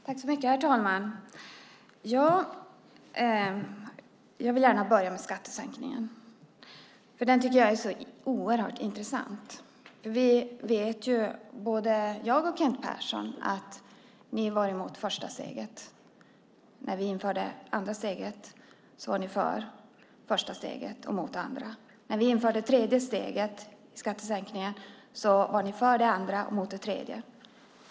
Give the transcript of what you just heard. Herr talman! Jag vill gärna börja med skattesänkningen. Den tycker jag är oerhört intressant. Vi vet, både jag och Kent Persson, att ni var emot det första steget. När vi införde det andra steget var ni för det första steget och mot det andra. När vi införde det tredje steget i skattesänkningen var ni för det andra och mot det tredje.